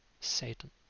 Satan